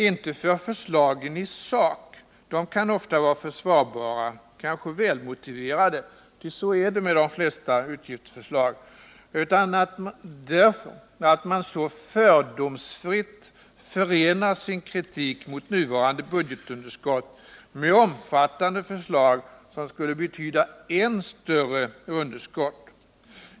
Inte för förslagen i sak — de kan ofta vara försvarbara, kanske välmotiverade — ty så är det med de flesta utgiftsförslag, utan därför att man så fördomsfritt förenar sin kritik mot nuvarande budgetunderskott med omfattande förslag som skulle betyda än större underskott.